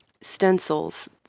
stencils